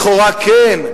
לכאורה כן,